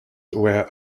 were